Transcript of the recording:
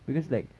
because like